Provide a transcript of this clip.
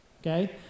okay